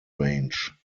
range